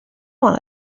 want